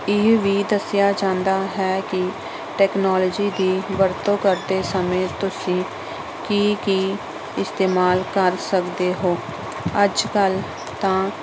ਇਹ ਵੀ ਦੱਸਿਆ ਜਾਂਦਾ ਹੈ ਕਿ ਟੈਕਨੋਲਜੀ ਦੀ ਵਰਤੋਂ ਕਰਦੇ ਸਮੇਂ ਤੁਸੀਂ ਕੀ ਕੀ ਇਸਤੇਮਾਲ ਕਰ ਸਕਦੇ ਹੋ ਅੱਜ ਕੱਲ੍ਹ ਤਾਂ